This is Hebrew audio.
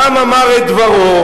העם אמר את דברו.